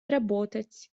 работать